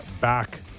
back